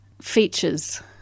features